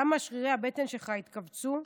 למה שרירי הבטן שלך התכווצו,